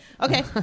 Okay